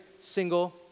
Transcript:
single